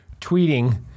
tweeting